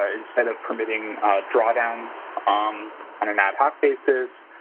ah instead of permitting drawdowns um on an ad hoc basis,